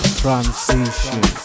transition